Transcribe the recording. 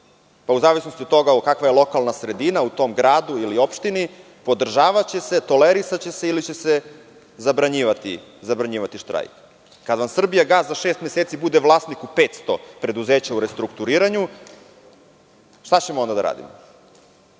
pa u zavisnosti od toga kakva je lokalna sredina u tom gradu ili opštini podržavaće se, tolerisaće se ili će se zabranjivati štrajk. Kada vam „Srbijagas“ za šest meseci bude vlasnik u 500 preduzeća u restrukturiranju, šta ćemo onda da radimo?